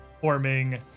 forming